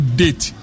date